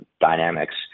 dynamics